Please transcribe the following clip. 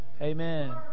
amen